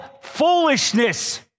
foolishness